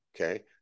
okay